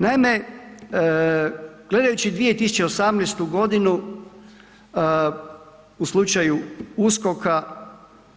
Naime, gledajući 2018.g. u slučaju USKOK-a